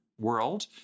world